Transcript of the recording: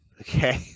Okay